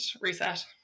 reset